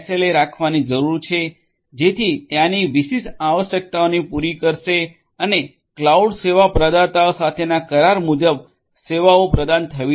રાખવાની જરૂર છે જેથી ત્યાંની વિશિષ્ટ આવશ્યકતાઓને પૂરી કરશે અને ક્લાઉડ સેવા પ્રદાતા સાથેના કરાર મુજબ સેવાઓ પ્રદાન થવી જોઈએ